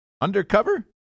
undercover